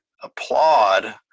applaud